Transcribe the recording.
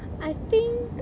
I think